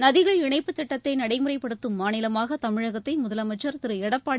நதிகள் இணைப்புத்திட்டத்தை நடைமுறைப்படுத்தும் மாநிலமாக தமிழகத்தை முதலமைச்சர் திரு எடப்பாடி